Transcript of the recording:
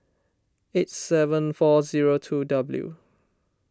eight seven four zero two W